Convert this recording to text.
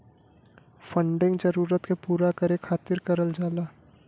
funding जरूरत के पूरा करे खातिर करल जाला